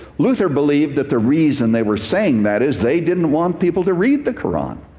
luther believed that the reason they were saying that is they didn't want people to read the quran.